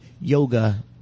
yoga